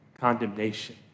condemnation